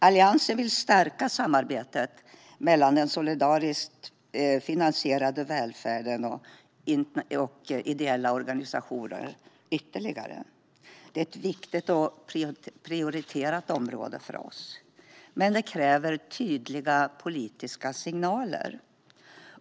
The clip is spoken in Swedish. Alliansen vill stärka samarbetet mellan den solidariskt finansierade välfärden och ideella organisationer ytterligare. Det är ett viktigt och prioriterat område för oss. Men det kräver tydliga politiska signaler.